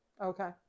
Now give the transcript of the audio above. Okay